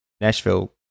Nashville